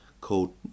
called